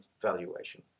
valuation